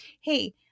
Hey